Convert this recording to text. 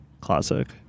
classic